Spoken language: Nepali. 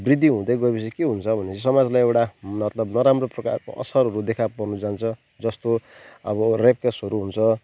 वृद्धि हुँदै गएपछि के हुन्छ भने समाजलाई एउटा मतलब नराम्रो प्रकारको असरहरू देखा पर्नु जान्छ जस्तो अब रेप केसहरू हुन्छ